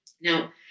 Now